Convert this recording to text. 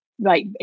Right